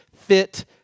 fit